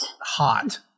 hot